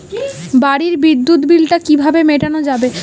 বাড়ির বিদ্যুৎ বিল টা কিভাবে মেটানো যাবে?